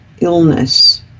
illness